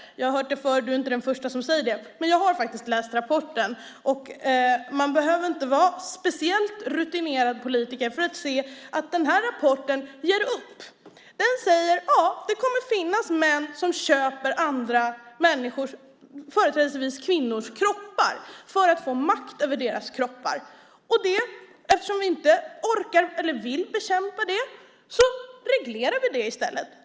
Jag har hört det förr - du är inte den första som säger det. Men jag har faktiskt läst rapporten, och man behöver inte vara en speciellt rutinerad politiker för att se att den här rapporten ger upp. Den säger: Ja, det kommer att finnas män som köper andra människors, företrädelsevis kvinnors, kroppar för att få makt över deras kroppar. Och eftersom vi inte vill eller orkar bekämpa det så reglerar vi det i stället.